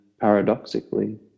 paradoxically